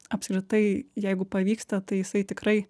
apskritai jeigu pavyksta tai jisai tikrai